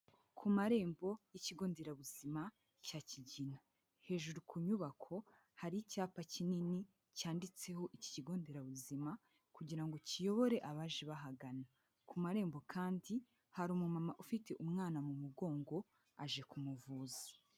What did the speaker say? Ku marembo y'ikigonderabuzima cya Kigina, hejuru ku nyubako hari icyapa kinini cyanditseho ikigonderabuzima kugirango kiyobore abaje bahagana, ku marembo kandi hari umu mama ufite umwana mu mugongo aje kumuvuza.